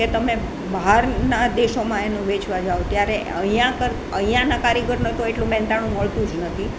કે તમે બહારના દેશોમાં એને વેચવા જાઓ ત્યારે અહીંયા કર અહીંયાના કારીગરને તો એટલું મહેનતાણું મળતું જ નથી